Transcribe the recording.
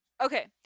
Okay